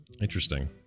Interesting